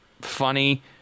funny